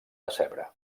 decebre